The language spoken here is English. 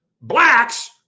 blacks